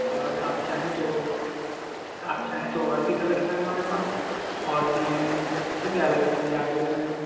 اور آپ چاہیں تو وہ آپ چاہیں تو اور بھی کلرس ہیں ہمارے پاس اور بھی ہیں ٹھیک ہے الگ الگ چارجز ہیں